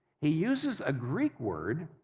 he uses a greek word,